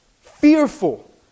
Fearful